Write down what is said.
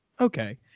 Okay